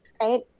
Right